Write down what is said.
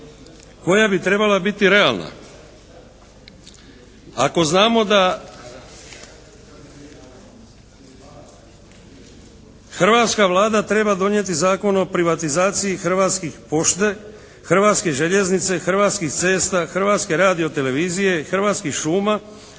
koja bi trebala biti realna. Ako znamo da hrvatska Vlada treba donijeti Zakon o privatizaciji Hrvatske pošte, Hrvatske željeznice, Hrvatskih cesta, Hrvatske radiotelevizije i Hrvatskih šuma